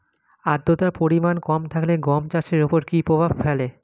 আদ্রতার পরিমাণ কম থাকলে গম চাষের ওপর কী প্রভাব ফেলে?